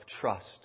trust